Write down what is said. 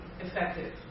effective